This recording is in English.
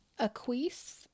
Aqueous